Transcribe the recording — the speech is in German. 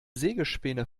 sägespäne